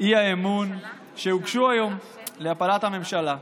האי-אמון שהוגשו היום להפלת הממשלה.